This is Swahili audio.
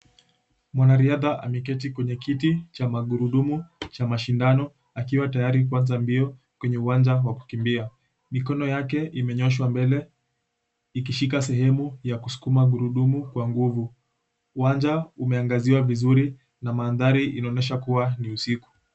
Mwanariadha ameketi kwenye kiti cha magurudumu cha mashindano akiwa tayari kuanza mbio kwenye uwanja wa kukimbia. Mikono yake imenyoshwa mbele ikishika sehemu ya kusukuma gurudumu kwa nguvu. Uwanja umeangaziwa vizuri na mandhari inaonyesha kuwa ni usiku.